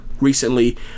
recently